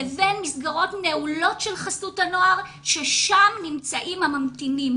לבין מסגרות נעולות של חסות הנוער ששם נמצאים הממתינים.